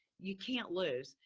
you can't lose.